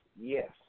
yes